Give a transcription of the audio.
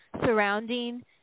surrounding –